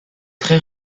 très